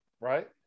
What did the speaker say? right